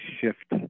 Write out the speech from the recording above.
shift